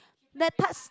that touch